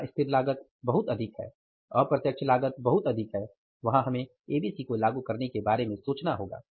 जहां स्थिर लागत बहुत अधिक है अप्रत्यक्ष लागत बहुत अधिक है वहां हमें एबीसी को लागू करने के बारे में सोचना होगा